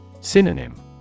Synonym